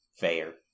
fair